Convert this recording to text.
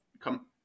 come